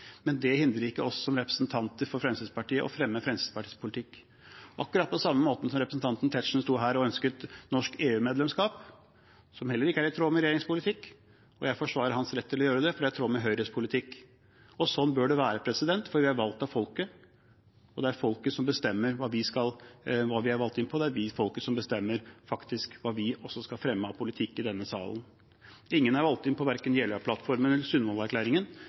men det har partiet samlet gått inn for. Men det hindrer ikke oss som representanter for Fremskrittspartiet i å fremme Fremskrittspartiets politikk, på akkurat samme måte som representanten Tetzschner sto her og ønsket norsk EU-medlemskap, som heller ikke er i tråd med regjeringens politikk. Jeg forsvarer hans rett til å gjøre det, for det er i tråd med Høyres politikk. Slik bør det være, for vi er valgt av folket, og det er folket som bestemmer hva vi skal fremme av politikk i denne salen. Ingen er valgt inn på verken Jeløya-plattformen eller